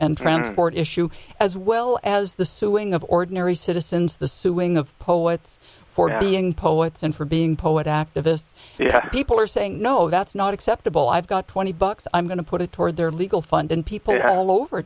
and transport issue as well as the suing of ordinary citizens the suing of poets for being poets and for being poet activists people are saying no that's not acceptable i've got twenty bucks i'm going to put it toward their legal fund and people all over